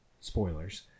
Spoilers